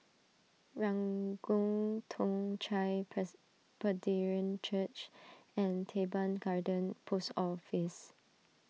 Ranggung Toong Chai Presbyterian Church and Teban Garden Post Office